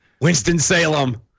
Winston-Salem